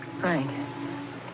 Frank